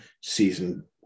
season